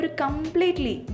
completely